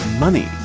money